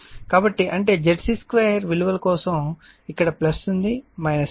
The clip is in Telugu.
కాబట్టి అంటే ZC2 విలువల కోసం అంటే ఇక్కడ ఉంది ఉంది